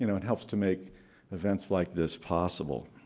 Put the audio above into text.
you know it helps to make events like this possible.